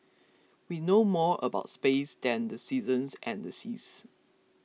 we know more about space than the seasons and the seas